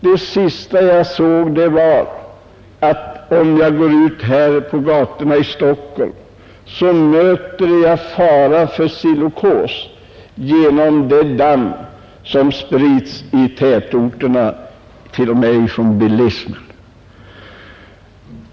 Det sista jag sett är en uppgift om att om jag går ut på gatorna i Stockholm löper jag risk för silikos på grund av bilarnas bromsdamm.